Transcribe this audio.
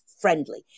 friendly